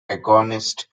agonist